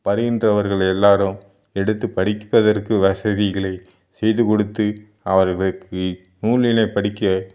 வருகின்றவர்கள் எல்லோரும் எடுத்து படிப்பதற்கு வசதிகளை செய்துக் கொடுத்து அவர்களுக்கு நூலினை படிக்க